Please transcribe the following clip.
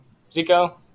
Zico